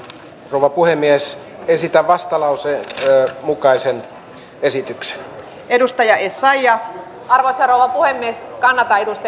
muuhun omaan pääomaan kuuluvien maa ja vesialueiden hallinnasta ja ohjauksesta vastaa julkisten hallintotehtävien yksikkö